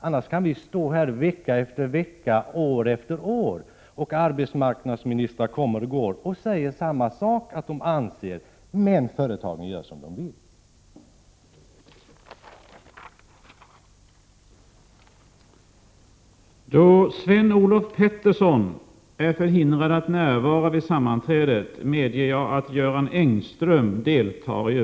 Annars kan vi ju stå här vecka efter vecka, år efter år, och arbetsmarknadsministrar kommer och går och säger samma sak om vad de anser, men företagen fortsätter att göra som de vill.